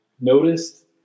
noticed